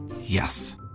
Yes